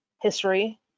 history